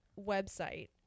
website